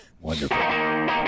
Wonderful